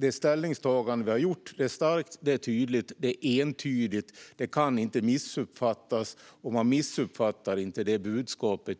Det ställningstagande vi har gjort är starkt, tydligt och entydigt. Det kan inte missuppfattas, och man missuppfattar inte det budskapet